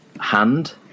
hand